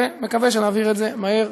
ומקווה שנעביר את זה מהר,